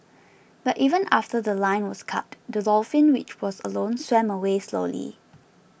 but even after The Line was cut the dolphin which was alone swam away slowly